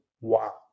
wow